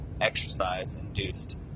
exercise-induced